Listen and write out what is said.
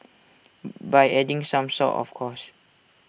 by adding some salt of course